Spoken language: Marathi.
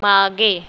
मागे